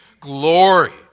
glory